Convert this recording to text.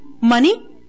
money